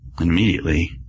Immediately